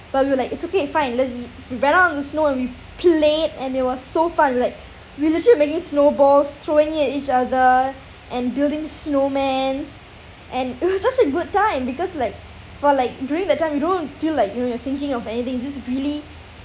but we were like it's okay find let's we battle on the snow and we played and it was so fun like we literally making snowballs throwing it at each other and building snowman and it was such a good time because like for like during that time you don't feel like you uh you are thinking of anything just really